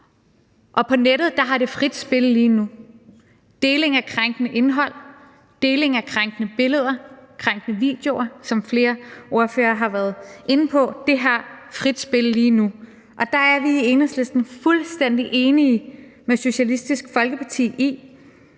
og på nettet har det frit spil lige nu. Deling af krænkende indhold, deling af krænkende billeder og krænkende videoer, som flere ordførere har været inde på, har frit spil lige nu, og der er vi i Enhedslisten fuldstændig enige med Socialistisk Folkeparti i,